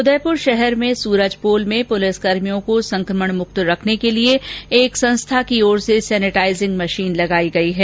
उदयपुर शहर में सूरजपोल में पुलिसकर्भियों को संकमणमुक्त रखने के लिए एक संस्था की ओर से सेनेटाइजिंग मशीन लगाई गई है